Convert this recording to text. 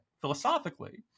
philosophically